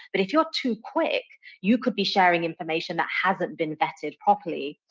but if you're too quick, you could be sharing information that hasn't been vetted properly.